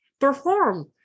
perform